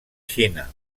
xina